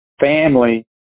family